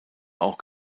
auch